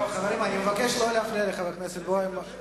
חברים, אני מבקש לא להפריע לחבר הכנסת בוים לדבר.